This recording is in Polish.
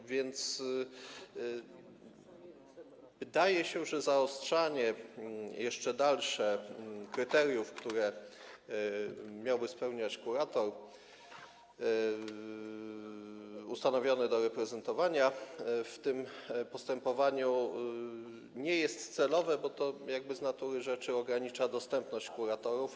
A więc wydaje się, że dalsze zaostrzanie kryteriów, które miałby spełniać kurator ustanowiony do reprezentowania w tym postępowaniu, nie jest celowe, bo to jakby z natury rzeczy ogranicza dostępność kuratorów.